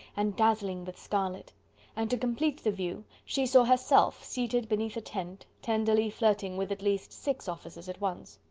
and dazzling with scarlet and, to complete the view, she saw herself seated beneath a tent, tenderly flirting with at least six officers at once.